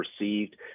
received